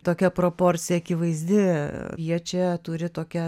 tokia proporcija akivaizdi jie čia turi tokią